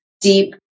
deep